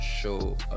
show